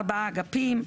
ארבעה אגפים,